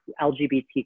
LGBT